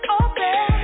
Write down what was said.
open